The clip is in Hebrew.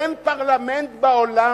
אין פרלמנט בעולם,